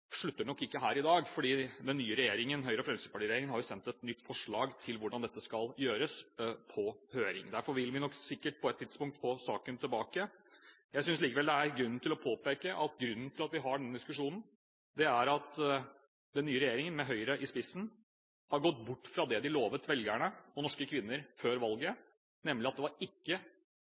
slutter nok ikke her i dag, for den nye regjeringen, Høyre–Fremskrittsparti-regjeringen, har sendt et nytt forslag til hvordan dette skal gjøres på høring. Derfor vil vi sikkert på et tidspunkt få saken tilbake. Jeg synes likevel det er grunn til å påpeke at grunnen til at vi har denne diskusjonen, er at den nye regjeringen med Høyre i spissen har gått bort fra det de lovet velgerne og norske kvinner før valget, nemlig at det ikke var